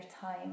time